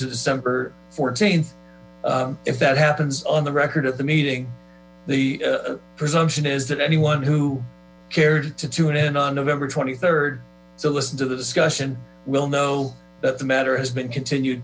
to december th if that happens on the record of the meeting the presumption is that anyone who cared to tune in on november twenty third so listen to the discussion we'll know that the matter has been continued